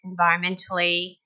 environmentally